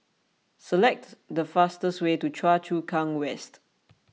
select the fastest way to Choa Chu Kang West